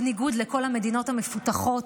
בניגוד לכל המדינות המפותחות,